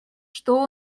что